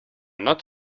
not